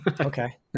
okay